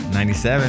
97